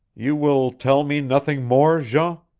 you will tell me nothing more, jean?